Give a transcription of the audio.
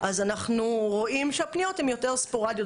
אז אנחנו רואים שהפניות הן יותר ספורדיות.